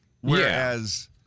Whereas